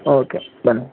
okay ಬನ್ನಿ